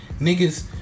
Niggas